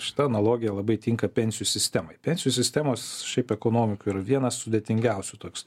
šita analogija labai tinka pensijų sistemai pensijų sistemos šiaip ekonomika yra vienas sudėtingiausių toks